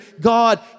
God